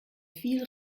viel